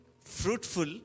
fruitful